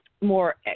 more